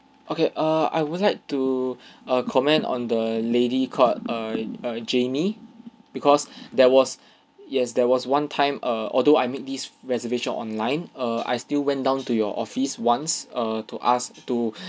okay err I would like to err comment on the lady called err err jamie because there was yes there was one time err although I made this reservation online err I still went down to your office once err to ask to